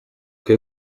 twe